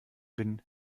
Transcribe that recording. bin